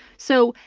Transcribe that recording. so,